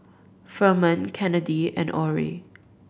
Ferman Kennedy and Orie